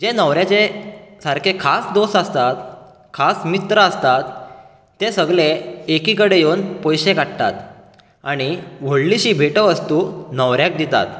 जे न्हवऱ्याचे सारके खास दोस्त आसतात खास मित्र आसता ते सगळें एकी कडेन येवन पयशे काडटात आनी व्हडलीशी भेट वस्तू न्हवऱ्याक दितात